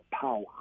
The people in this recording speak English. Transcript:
power